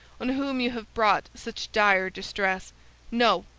on whom you have brought such dire distress. no!